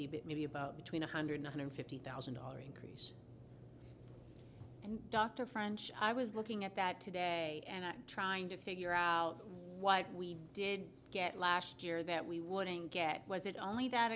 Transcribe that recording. but maybe about between one hundred one hundred fifty thousand dollars increase and dr french i was looking at that today and i'm trying to figure out what we did get last year that we wouldn't get was it only that